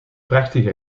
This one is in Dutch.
prachtige